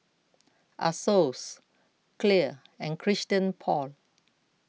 Asos Clear and Christian Paul